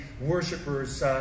worshippers